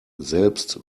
selbst